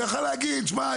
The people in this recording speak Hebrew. הוא יכל להגיד "שמע,